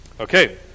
Okay